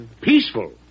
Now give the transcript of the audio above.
Peaceful